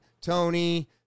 Tony